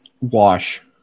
Wash